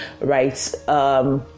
right